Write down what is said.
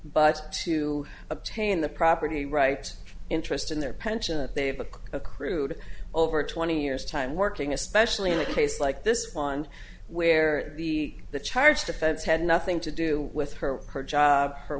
but to obtain the property rights interest in their pension and they have a accrued over twenty years time working especially in a case like this pond where the the charged offense had nothing to do with her her job her